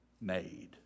made